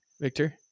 Victor